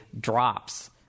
drops